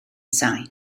sain